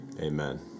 Amen